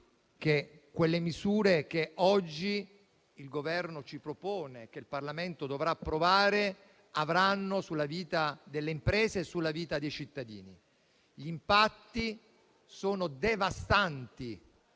che le misure che oggi il Governo ci propone e che il Parlamento dovrà approvare avranno sulla vita delle imprese e dei cittadini. Gli impatti sono devastanti.